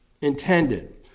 intended